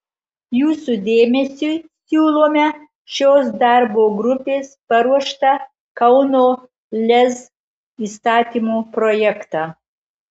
jūsų dėmesiui siūlome šios darbo grupės paruoštą kauno lez įstatymo projektą